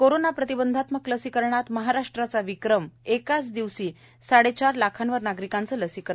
corona प्रतिबंधात्मक लसीकरणात महाराष्ट्रचा विक्रम एकाच दिवशी साडेचार लाखांवर नागरिकांच लसीकरण